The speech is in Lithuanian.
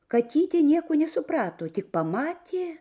katytė nieko nesuprato tik pamatė